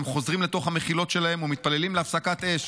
הם חוזרים לתוך המחילות שלהם ומתפללים להפסקת אש.